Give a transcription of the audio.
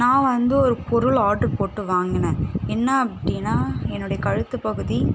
நான் வந்து ஒரு பொருள் ஆட்ரு போட்டு வாங்கினேன் என்ன அப்படின்னா என்னுடைய கழுத்து பகுதி